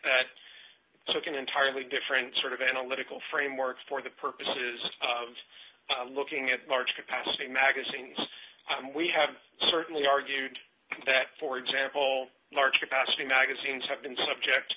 that took an entirely different sort of analytical framework for the purposes of looking at large capacity magazines i mean we have certainly argued that for example marketing magazines have been subject